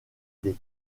des